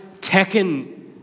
taken